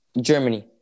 Germany